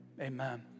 Amen